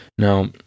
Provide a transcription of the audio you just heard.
Now